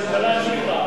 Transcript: הממשלה ניחא,